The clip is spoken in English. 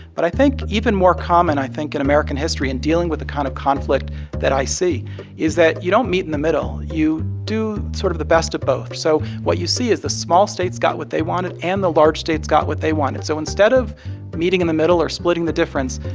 but i think even more common i think in american history in dealing with the kind of conflict that i see is that you don't meet in the middle. you do sort of the best of both. so what you see is the small states got what they wanted, and the large states got what they wanted. so instead of meeting in the middle or splitting the difference,